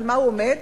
על מה הוא עומד?